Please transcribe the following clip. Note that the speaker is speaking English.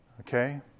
Okay